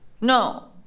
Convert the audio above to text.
No